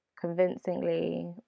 convincingly